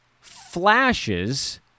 flashes